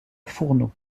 fourneaux